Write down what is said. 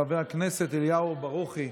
חבר הכנסת אליהו ברוכי,